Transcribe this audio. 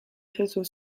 réseau